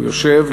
הוא יושב,